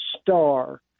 star